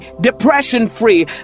depression-free